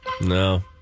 No